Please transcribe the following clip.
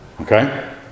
Okay